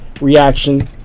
reaction